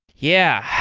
yeah.